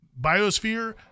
biosphere